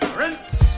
Prince